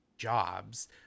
Jobs